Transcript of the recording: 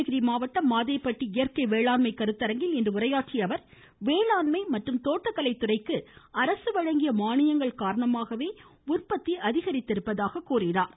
கிருஷ்ணகிரி மாவட்டம் மாதேபட்டி இயற்கை வேளாண்மை கருத்தரங்கில் இன்று உரையாற்றிய அவர் வேளாண்மை மற்றும் தோட்டக்கலைத்துறைக்கு அரசு வழங்கிய மானியங்கள் காரணமாகவே உற்பத்தி அதிகரித்துள்ளதாக கூறினார்